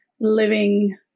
living